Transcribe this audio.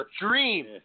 dream